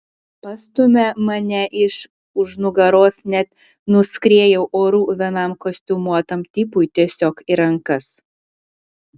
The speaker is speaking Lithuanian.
pastūmė mane iš už nugaros net nuskriejau oru vienam kostiumuotam tipui tiesiog į rankas